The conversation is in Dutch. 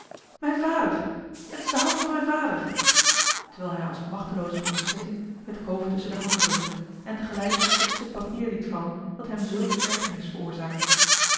mijn vader het is de hand van mijn vader terwijl hij als machteloos van ontzetting het hoofd tusschen de handen drukte en tegelijk het stuk papier liet vallen dat hem zulke ergernis veroorzaakte